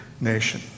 nation